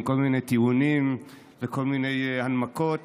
עם כל מיני טיעונים וכל מיני הנמקות